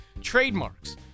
trademarks